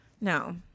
No